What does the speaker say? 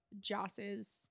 Joss's